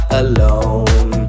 alone